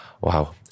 Wow